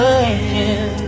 again